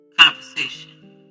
conversation